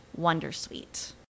Wondersuite